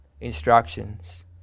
instructions